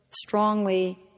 strongly